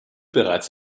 bereits